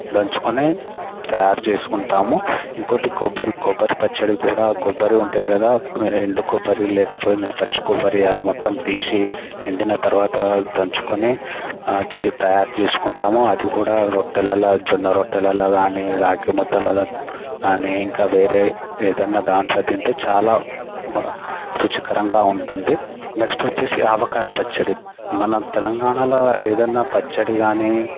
దంచుకొని తయారు చేసుసుకుంటాము ఇంకొకటి కొబ్బరి కొబ్బరి పచ్చడి కూడా కొబ్బరి ఉంటాయి కదా ఎండి కొబ్బరి లేకపోయినా పచ్చి కొబ్బరి అది మొత్తం తీసి ఎండిన తర్వాత దంచుకుని చే తయారు చేసుకుంటాము అది కూడా రొట్టెలలో జొన్న రొట్టెలలో కానీ రాగి ముద్దలలో కానీ ఇంకా వేరే ఏదైనా దాంట్లో తింటే చాలా రుచికరంగా ఉంటుంది నెక్స్ట్ వచ్చేసి ఆవకాయ పచ్చడి మన తెలంగాణలో ఏదైనా పచ్చడి గానీ